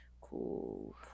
Cool